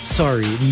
sorry